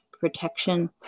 protection